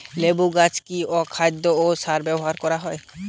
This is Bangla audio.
লেবু গাছে কি অনুখাদ্য ও সার ব্যবহার করা হয়?